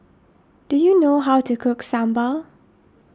do you know how to cook Sambal